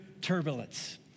turbulence